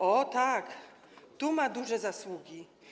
O tak, tu ma on duże zasługi.